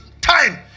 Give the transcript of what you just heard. time